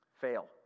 Fail